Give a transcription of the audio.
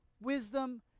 wisdom